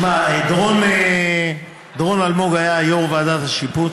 שמע, דורון אלמוג היה יו"ר ועדת השיפוט.